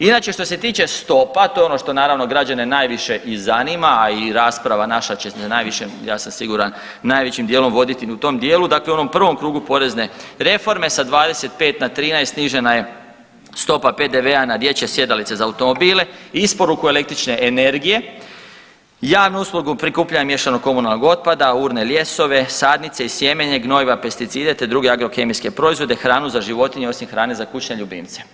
Inače što se tiče stopa, to je ono što naravno građane najviše i zanima, a i rasprava naša će se najviše, ja sam siguran najvećim dijelom voditi u tom dijelu, dakle u onom prvom krugu porezne reforme sa 25 na 13 snižena je stopa PDV na dječje sjedalice za automobile i isporuku električne energije, javnu uslugu prikupljanja miješanog komunalnog otpada, urne, ljesove, sadnice i sjemenje, gnojiva, pesticide, te druge agrokemijske proizvode, hranu za životinje osim hrane za kućne ljubimce.